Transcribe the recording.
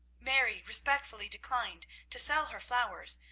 mary respectfully declined to sell her flowers,